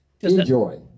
Enjoy